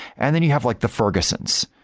and then you have like the ferguson's,